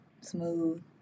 Smooth